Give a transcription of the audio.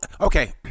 okay